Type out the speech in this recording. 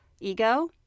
Ego